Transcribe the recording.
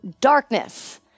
darkness